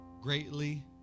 greatly